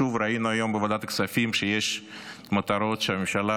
שוב ראינו היום בוועדת הכספים שיש מטרות שהממשלה